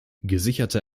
gesicherte